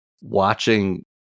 watching